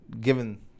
given